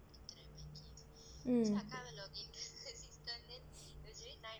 mm